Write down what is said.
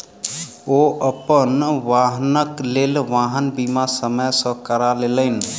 ओ अपन वाहनक लेल वाहन बीमा समय सॅ करा लेलैन